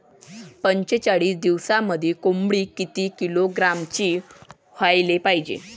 पंचेचाळीस दिवसामंदी कोंबडी किती किलोग्रॅमची व्हायले पाहीजे?